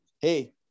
hey